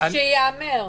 אז שייאמר.